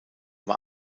war